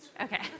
Okay